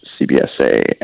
CBSA